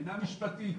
מבחינה משפטית